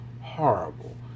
horrible